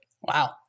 Wow